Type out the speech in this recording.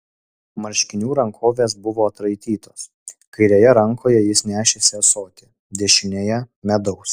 marškinių rankovės buvo atraitytos kairėje rankoje jis nešėsi ąsotį dešinėje medaus